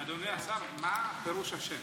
אדוני השר, מה פירוש השם